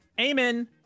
Amen